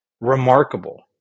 remarkable